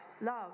love